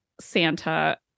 Santa